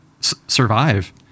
survive